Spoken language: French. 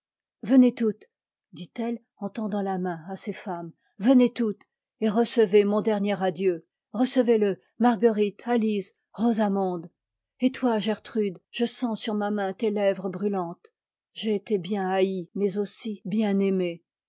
venez toutes dit-elle en tendant la main à ses femmes venez toutes et recevez mon dernier adieu recevez te marguerite alise rosamonde et toi gertrude je sens sur ma main tes lèvres brûlantes j'ai été bien haie mais aussi bien aimée